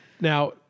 Now